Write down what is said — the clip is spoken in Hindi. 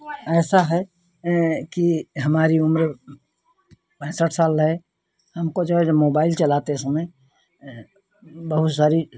ऐसा है कि हमारी उम्र पैंसठ साल है हमको जो है जब मोबाइल चलाते समय बहुत सारी